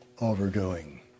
overdoing